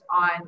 on